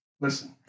Listen